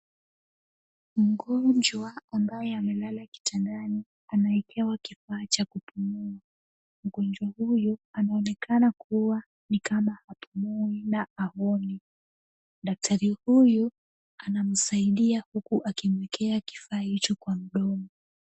Mgonjwa ambaye amelala kitandani anawekewa kifaa cha kupumua. Mgonjwa huyu anaonekana kuwa ni kama hapumui na haoni. Daktari huyu anamsaidia huku akimwekea kifaa hicho kwa mdomo.